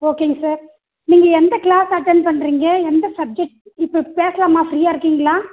ஓகேங்க சார் நீங்கள் எந்த க்ளாஸ் அட்டென்ட் பண்ணுறீங்க எந்த சப்ஜக்ட் இப்போது பேசலாமா ஃப்ரீயாக இருக்கிங்களா